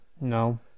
No